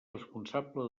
responsable